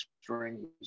strings